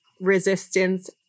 resistance